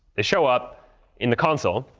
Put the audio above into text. they show up in the console,